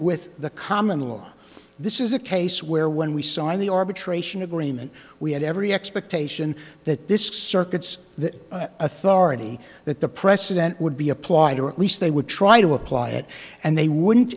with the common law this is a case where when we signed the arbitration agreement we had every expectation that this circuits that authority that the precedent would be applied or at least they would try to apply it and they wouldn't